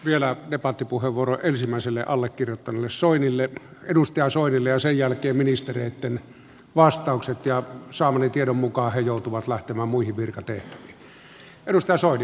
vielä debattipuheenvuoro ensimmäiselle allekirjoittajalle edustaja soinille ja sen jälkeen ministereitten vastaukset ja saamani tiedon mukaan he joutuvat lähtemään muihin virkatehtäviin